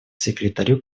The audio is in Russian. секретарю